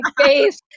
face